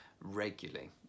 regularly